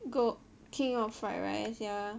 go king of fried rice ya